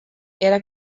era